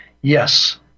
Yes